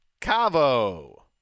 Cavo